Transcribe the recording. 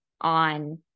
on